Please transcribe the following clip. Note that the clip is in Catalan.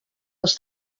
als